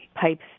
pipes